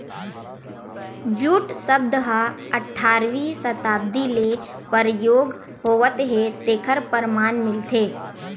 jute सब्द ह अठारवी सताब्दी ले परयोग होवत हे तेखर परमान मिलथे